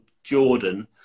Jordan